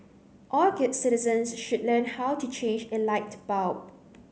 all good citizens should learn how to change a light bulb